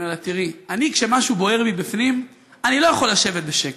אמרתי לה: כשמשהו בוער לי בפנים אני לא יכול לשבת בשקט.